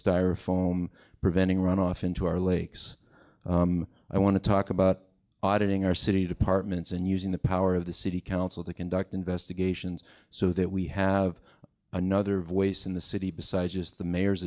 styrofoam preventing runoff into our lakes i want to talk about auditing our city departments and using the power of the city council to conduct investigations so that we have another voice in the city besides just the mayor's